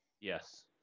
Yes